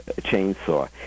chainsaw